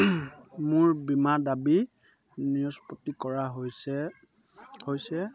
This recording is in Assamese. মোৰ বীমা দাবী নিষ্পত্তি কৰা হৈছে হৈছে